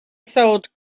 sold